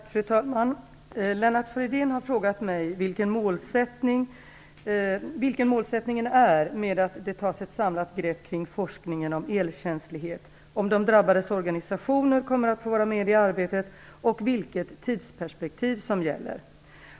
Fru talman! Lennart Fridén har frågat mig vilken målsättningen är med att det tas ett samlat grepp kring forskningen om elkänslighet, om de drabbades organisationer kommer att få vara med i arbetet och vilket tidsperspektiv som gäller.